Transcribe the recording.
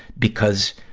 because